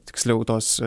tiksliau tos